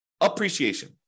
appreciation